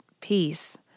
peace